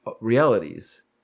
realities